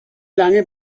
lange